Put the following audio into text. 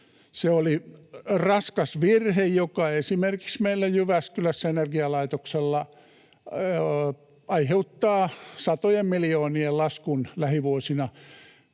Se oli raskas virhe, joka esimerkiksi meillä Jyväskylässä energialaitoksella aiheuttaa satojen miljoonien laskun lähivuosina.